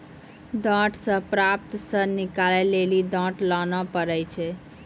डांट से प्राप्त सन निकालै लेली डांट लाना पड़ै छै